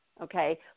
okay